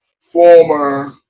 former